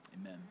Amen